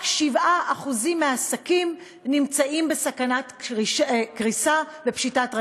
רק 7% מהעסקים נמצאים בסכנת קריסה ופשיטת רגל,